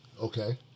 Okay